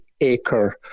acre